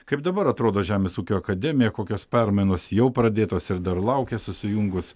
kaip dabar atrodo žemės ūkio akademija kokios permainos jau pradėtos ir dar laukia susijungus